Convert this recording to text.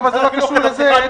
אבל זה לא קשור לזה.